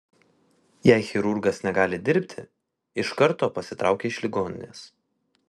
jei chirurgas negali dirbti iš karto pasitraukia iš ligoninės